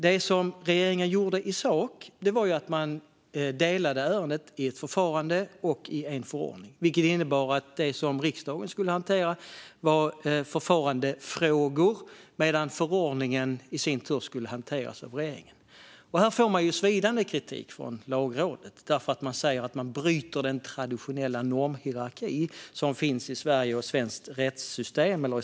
Det regeringen gjorde i sak var att man delade ärendet i ett förfarande och en förordning, vilket innebar att det som riksdagen skulle hantera var förfarandefrågor medan förordningen skulle hanteras av regeringen. Här får man svidande kritik från Lagrådet, som säger att man bryter den traditionella normhierarki som finns i Sverige och svenskt rättsväsen.